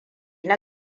na